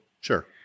Sure